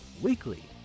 weekly